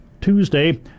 Tuesday